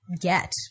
get